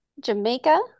Jamaica